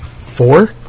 Four